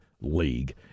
League